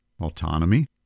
Autonomy